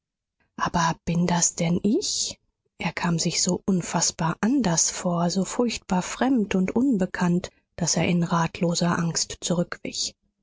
aber bin das denn ich er kam sich so unfaßbar anders vor so furchtbar fremd und unbekannt daß er in ratloser angst zurückwich